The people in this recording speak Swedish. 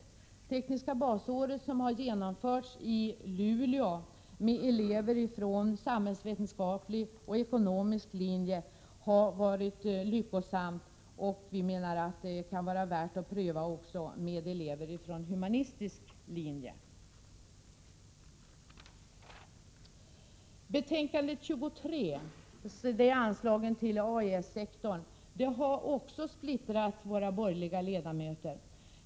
Det tekniska basåret, som har genomförts i Luleå med elever från samhällsvetenskaplig och ekonomisk linje, har varit lyckosamt. Vi menar att det kan vara värt att pröva också med elever från humanistisk linje. Betänkande 23, som gäller anslagen till AES-sektorn, har också splittrat våra borgerliga ledamöter.